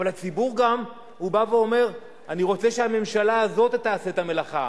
אבל הציבור גם אומר: אני רוצה שהממשלה הזאת תעשה את המלאכה.